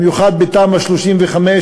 במיוחד בתמ"א 35,